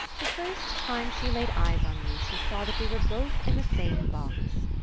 the first time she laid eyes on me she saw that we were both in the same box.